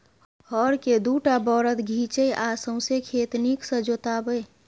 हर केँ दु टा बरद घीचय आ सौंसे खेत नीक सँ जोताबै